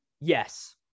yes